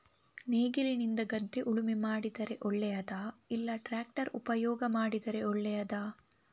ನೇಗಿಲಿನಿಂದ ಗದ್ದೆ ಉಳುಮೆ ಮಾಡಿದರೆ ಒಳ್ಳೆಯದಾ ಇಲ್ಲ ಟ್ರ್ಯಾಕ್ಟರ್ ಉಪಯೋಗ ಮಾಡಿದರೆ ಒಳ್ಳೆಯದಾ?